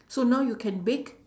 so now you can bake